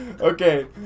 Okay